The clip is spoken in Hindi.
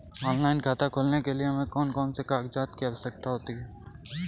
ऑनलाइन खाता खोलने के लिए हमें कौन कौन से कागजात की आवश्यकता होती है?